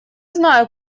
знаю